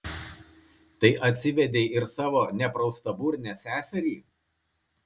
tai atsivedei ir savo nepraustaburnę seserį